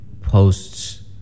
posts